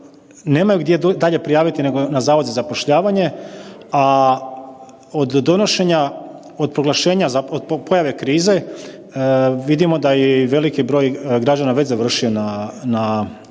nemaju gdje dalje prijaviti nego na Zavod za zapošljavanje, a od donošenja, od proglašenja, od pojave krize, vidimo i da je veliki broj građana već završio na Zavodu